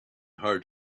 hard